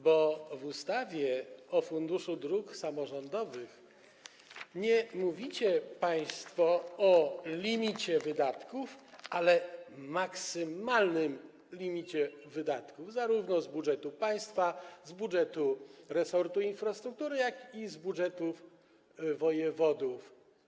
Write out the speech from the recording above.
Bo w ustawie o Funduszu Dróg Samorządowych nie mówicie państwo o limicie wydatków, ale o maksymalnym limicie wydatków, zarówno z budżetu państwa, jak i z budżetu resortu infrastruktury i z budżetów wojewodów.